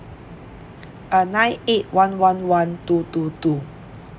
uh nine eight one one one two two two